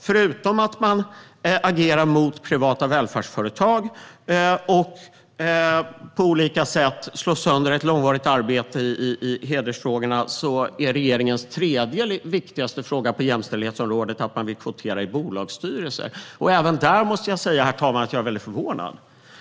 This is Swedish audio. Förutom att agera mot privata välfärdsföretag och på olika sätt slå sönder ett långvarigt arbete i hedersfrågorna vill regeringen att man kvoterar i bolagsstyrelser. Det är regeringens tredje viktigaste fråga på jämställdhetsområdet. Även där måste jag säga, herr talman, att jag är väldigt förvånad.